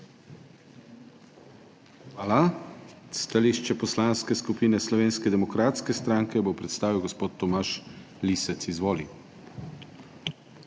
Hvala. Stališče Poslanske skupine Slovenske demokratske stranke bo predstavil gospod Tomaž Lisec. Izvoli.